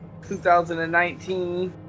2019